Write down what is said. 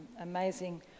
amazing